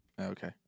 Okay